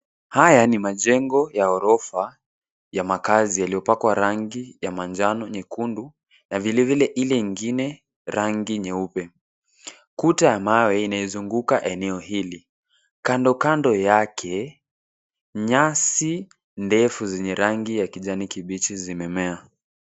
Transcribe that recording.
Haya ni majengo ya ghorofa ya makazi yaliyopakwa rangi ya manjano, nyekundu na vilivile ile ingine rangi nyeupe. Kuta ya mawe inaizunguka eneo hili. Kando kando yake, nyasi ndefu zenye rangi ya kijani kibichi zimemea.